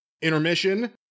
Intermission